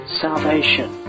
salvation